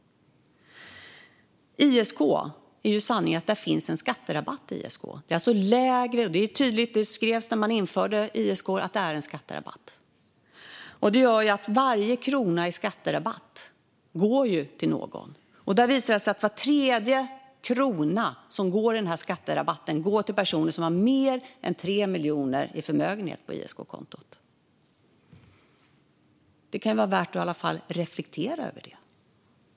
När det gäller ISK är sanningen att det finns en skatterabatt i ISK. Det är tydligt. Det skrevs när man införde ISK att det är en skatterabatt. Det gör att varje krona i skatterabatt går till någon. Det har visat sig att var tredje krona av skatterabatten går till personer som har mer än 3 miljoner på ISK-kontot. Det kan vara värt att reflektera över det.